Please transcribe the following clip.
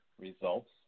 results